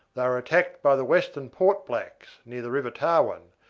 they were attacked by the western port blacks near the river tarwin,